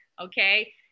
okay